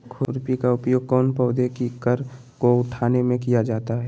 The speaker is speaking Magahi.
खुरपी का उपयोग कौन पौधे की कर को उठाने में किया जाता है?